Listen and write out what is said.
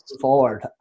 forward